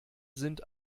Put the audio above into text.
sind